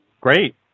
Great